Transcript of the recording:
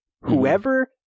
whoever